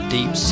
Deep